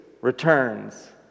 returns